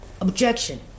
Objection